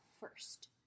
first